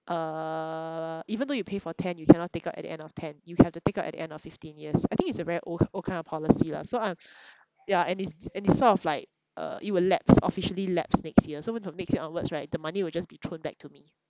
uh even though you pay for ten you cannot take out at the end of ten you have to take out at the end of fifteen years I think it's a very old old kind of policy lah so I'm ya and it's and it's sort of like uh it will lapse officially lapse next year so when from next year onwards right the money will just be thrown back to me